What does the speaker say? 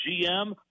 gm